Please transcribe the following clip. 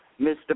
Mr